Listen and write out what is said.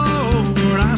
Lord